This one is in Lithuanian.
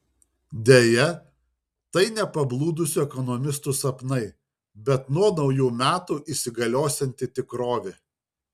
deja tai ne pablūdusių ekonomistų sapnai bet nuo naujų metų įsigaliosianti tikrovė